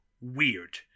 weird